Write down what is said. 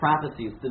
prophecies